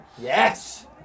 Yes